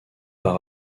par